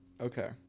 Okay